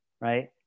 right